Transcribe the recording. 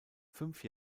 fünf